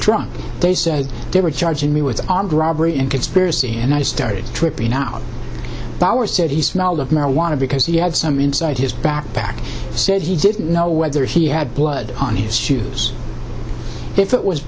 drunk they said they were charging me with armed robbery and conspiracy and i started tripping out of our city smelled of marijuana because he had some inside his backpack said he didn't know whether he had blood on his shoes if it was